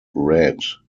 red